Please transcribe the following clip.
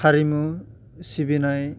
हारिमु सिबिनाय